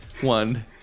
one